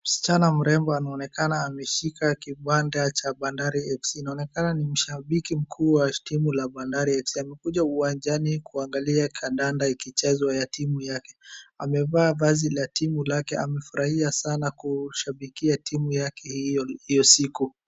Msichana mrembo anaonekana ameshika kibanda cha Bandari Fc. Inaonekana ni mshabiki mkuu wa timu la Bandari FC. Amekuja uwanjani kuangalia kadanda ikichezwa ya timu yake. Amevaa vazi la timu lake, amefurahia sana kushabikia timu yake hio, hio siku.